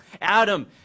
Adam